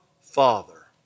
Father